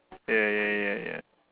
ya ya ya ya